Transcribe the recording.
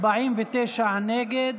49 נגד.